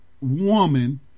woman